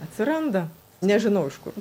atsiranda nežinau iš kur